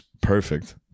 perfect